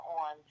on